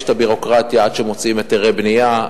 יש הביורוקרטיה עד שמוציאים היתרי בנייה,